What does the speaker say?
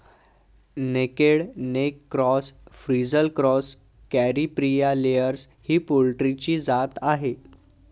naked neck cross, frizzle cross, Caripriya layers ही पोल्ट्रीची जात आहे